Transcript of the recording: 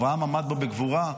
אברהם עמד בו בגבורה,